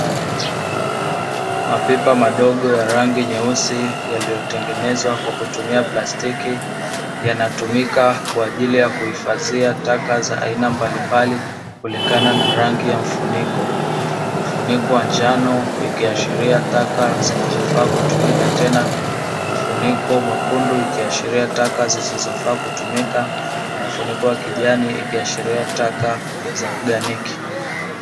Mapipa dogo ya rangi nyeusi yaliyo tengenezwa kwa kutumia plastiki yana tumika kwa ajili ya kuhifadhia taka za aina mbalimbali kulingana na rangi ya mfuniko. Mfuniko wa njano ikiashiria taka zinazofaa kutumika tena, mfuniko wa mwekundu ikiashiria taka zisizofaa kutumika, na mfuniko wa kijani ikiashiria taka za oganiki.